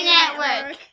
Network